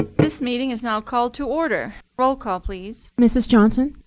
this meeting is now called to order. roll call, please. mrs. johnson.